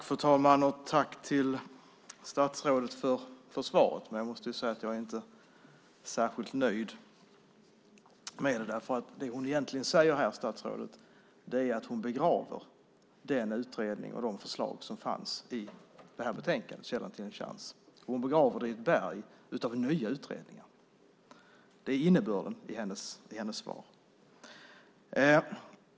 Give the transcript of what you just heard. Fru talman! Tack, statsrådet, för svaret! Men jag måste säga att jag inte är särskilt nöjd med det, därför att det statsrådet egentligen säger är att hon begraver den utredning och de förslag som fanns i betänkandet Källan till en chans . Hon begraver dem i ett berg av nya utredningar. Det är innebörden i hennes svar.